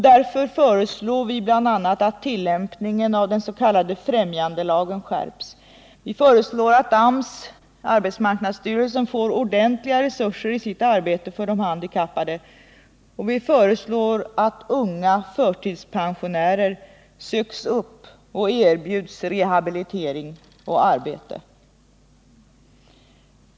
Därför föreslår vi bl.a. att tillämpningen av den s.k. främjandelagen skärps. Vi föreslår att arbetsmarknadsstyrelsen får ordentliga resurser i sitt arbete för de handikappade och att unga förtidspensionärer söks upp och erbjuds rehabilitering och arbete.